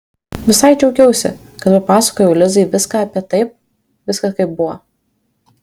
visai džiaugiausi kad papasakojau lizai viską apie taip viską kaip buvo